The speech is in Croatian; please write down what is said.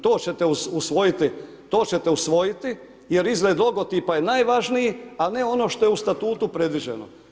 To ćete usvojiti, to ćete usvojiti jer izgled logotipa je najvažniji a ne ono što je u statutu predviđeno.